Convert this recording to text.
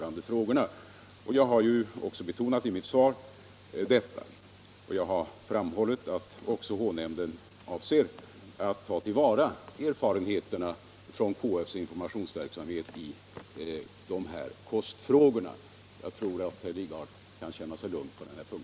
Anser statsrådet att en försämring av kommunikationerna mellan Ljusdal och Hudiksvall i enlighet med SJ:s förslag är förenligt med de regionalpolitiska utfästelserna att stärka Ljusdals ställning som regioncentrum?